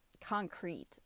concrete